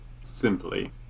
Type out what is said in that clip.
simply